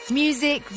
music